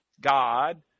God